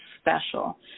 special